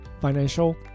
financial